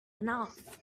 enough